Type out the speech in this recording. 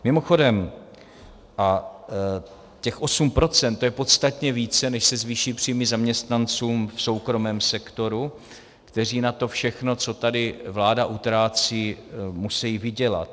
Mimochodem, těch 8 % je podstatně více, než se zvýší příjmy zaměstnancům v soukromém sektoru, kteří na to všechno, co tady vláda utrácí, musí vydělat.